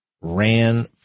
ran